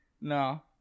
No